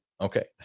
Okay